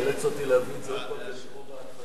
הצעת ועדת הכנסת בדבר השלמת הרכב ועדות הכנסת